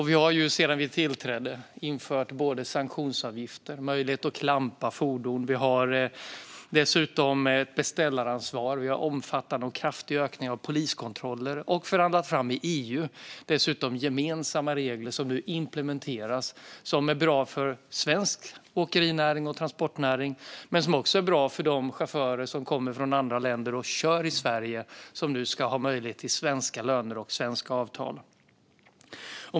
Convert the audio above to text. Vi har sedan vi tillträdde infört både sanktionsavgifter och möjlighet att klampa fordon. Vi har dessutom infört ett beställaransvar, och vi har fått till stånd en omfattande och kraftig ökning av poliskontrollerna. Vi har dessutom i EU förhandlat fram gemensamma regler som nu implementeras, som är bra för svensk åkeri och transportnäring men också för de chaufförer från andra länder som kör i Sverige och nu ska ha möjlighet till svenska löner och avtal.